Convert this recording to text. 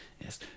Yes